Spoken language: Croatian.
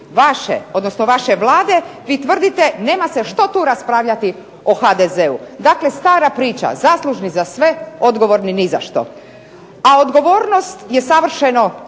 vaše, odnosno vaše Vlade. Vi tvrdite nema se što tu raspravljati o HDZ-u. Dakle, stara priča. Zaslužni za sve, odgovorni za ni za što. A odgovornost je savršeno